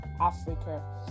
Africa